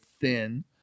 thin